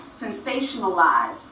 sensationalized